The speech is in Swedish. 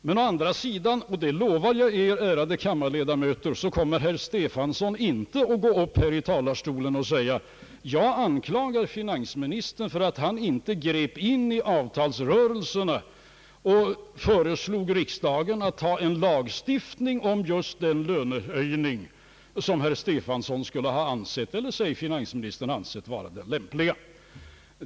Men å andra sidan — det lovar jag er, ärade kammarledamöter — kommer herr Stefanson inte att gå upp i talarstolen och säga: Jag anklagar finansministern för att han inte grep in i avtalsrörelserna och föreslog riksdagen att ta en lagstiftning om just den löne höjning som herr Stefanson — eller säg finansministern — skulle ha ansett vara den lämpliga.